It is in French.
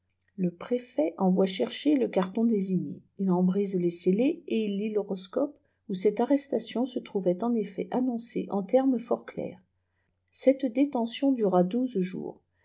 le préfet envoie chercher le carton désigné il en brise les scellés et il lit l'horoscope où cette arrestation se trouvait en effet annoncée en termes fort clairs cette détention dura douze jours